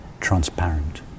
transparent